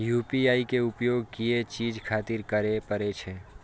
UPI के उपयोग किया चीज खातिर करें परे छे?